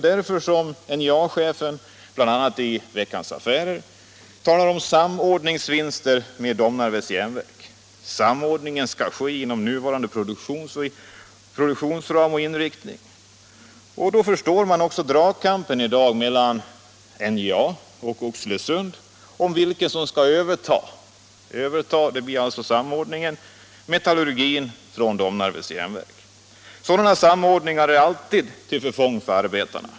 Därför talar NJA-chefen, bl.a. i Veckans Affärer, om samordningsvinster med Domnarvets Jernverk. Samordningen skall ske inom nuvarande produktionsram och inriktning. Då förstår man också dragkampen i dag mellan NJA och Oxelösund om vilket av företagen som skall överta — det blir alltså samordningen — den metallurgiska enheten från Domnarvets Jernverk. Sådana samordningar är alltid till förfång för arbetarna.